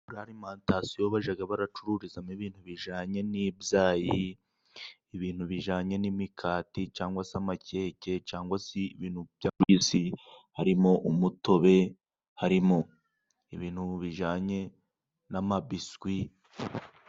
Galimantasiyo bajaga baracururizamo ibintu bijanye n'ibyayi, ibintu bijanye n'imikati cangwa se amakeke cangwa se ibintu bya juyisi, harimo umutobe, harimo ibintu bijanye n'amabisukwi.